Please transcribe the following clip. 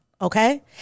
Okay